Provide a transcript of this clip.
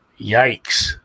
Yikes